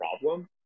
problem